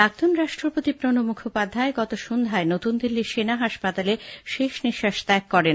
প্রাক্তন রাষ্ট্রপতি প্রণব মুখোপাধ্যায় গত সন্ধ্যায় নতুন দিল্লির সেনা হাসপাতালে শেষ নিঃশ্বাস ত্যাগ করেন